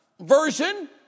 version